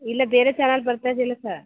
ಇಲ್ಲ ಬೇರೆ ಚಾನಲ್ ಬರ್ತಾ ಇದ್ದಿಲ್ಲ ಸರ್